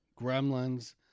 Gremlins